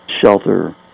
shelter